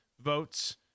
votes